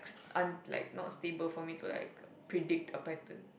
unlike not stable for me to like predict a pattern